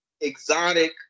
exotic